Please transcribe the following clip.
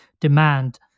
demand